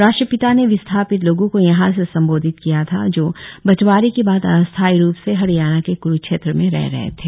राष्ट्रपिता ने विस्थापित लोगों को यहां से संबोधित किया था जो बंटवारे के बाद अस्थायी रूप से हरियाणा के क्रूक्षेत्र में रह रहे थे